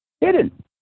hidden